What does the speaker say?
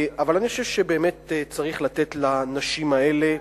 אני חושב שבאמת צריך לתת לנשים האלה,